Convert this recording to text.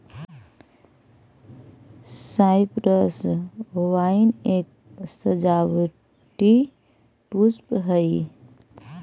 cypress vine एक सजावटी पुष्प हई